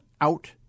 out